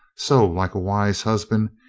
so like a wise husband,